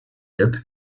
лет